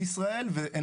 בישראל,